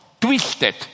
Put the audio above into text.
twisted